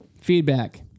feedback